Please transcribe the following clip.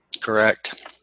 Correct